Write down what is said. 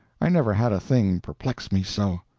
i never had a thing perplex me so.